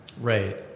Right